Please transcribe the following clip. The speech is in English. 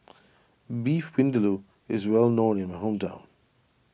Beef Vindaloo is well known in my hometown